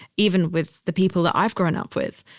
even with the people that i've grown up with,